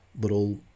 little